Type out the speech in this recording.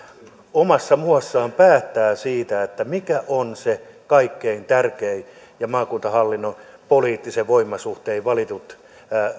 omassa muassaan päättää siitä mikä on se kaikkein tärkein ja maakuntahallinnon poliittisin voimasuhtein valitut